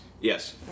Yes